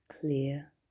clear